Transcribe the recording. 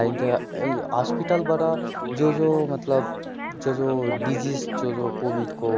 लाइदिन्थ्यो हस्पिटलबाट जो जो मतलब जो जो डिजिस जो जो कोभिडको